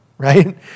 right